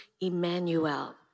Emmanuel